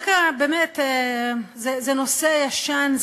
זה באמת נושא ישן,